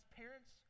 parents